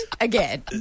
again